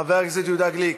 חבר הכנסת יהודה גליק,